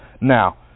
Now